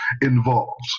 involved